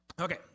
Okay